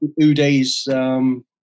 Uday's